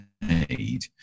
made